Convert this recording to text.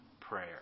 prayer